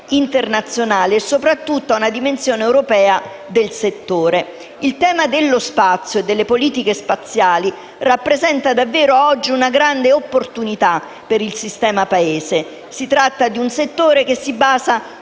internazionale e soprattutto ad una dimensione europea del settore. Il tema dello spazio e delle politiche spaziali rappresenta davvero oggi una grande opportunità per il sistema Paese. Si tratta di un settore che si basa